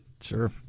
Sure